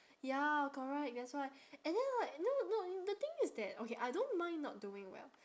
ya correct that's why and then right no no the thing is that okay I don't mind not doing well